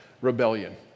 rebellion